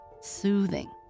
soothing